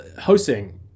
Hosting